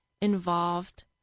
involved